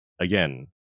again